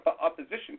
opposition